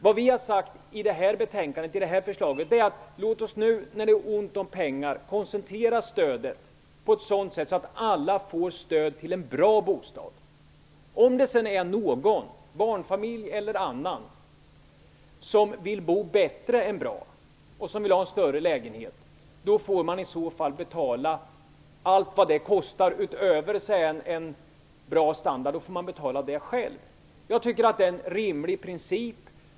Vad vi har sagt i detta förslag är att låt oss nu, när det är ont om pengar, koncentrera stödet på ett sådant sätt att alla får stöd till en bra bostad. Om det sedan är någon, barnfamilj eller annan, som vill bo bättre än bra och som vill ha en större lägenhet, får man själv betala allt som det kostar för det som är utöver en bra standard. Jag tycker att det är en rimlig princip.